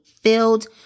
filled